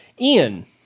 Ian